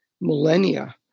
millennia